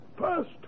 first